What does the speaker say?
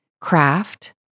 craft—